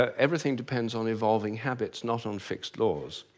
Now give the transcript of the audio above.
everything depends on evolving habits not on fixed laws.